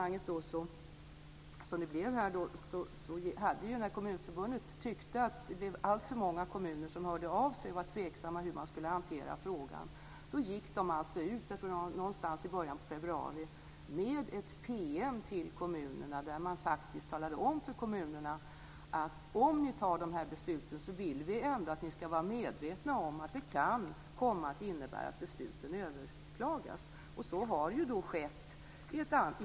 När Kommunförbundet tyckte att alltför många kommuner hörde av sig och var tveksamma hur de skulle hantera den här frågan, gick man alltså - i början av februari, tror jag - ut med en PM till kommunerna där man talade om för kommunerna att om de tar dessa beslut ska de vara medvetna om att det kan innebära att besluten överklagas. Så har ju skett.